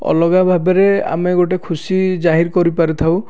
ଅଲଗା ଭାବରେ ଆମେ ଗୋଟେ ଖୁସି ଯାହିର କରିପାରିଥାଉ